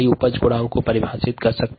उपज गुणांक को YxS से दर्शाते है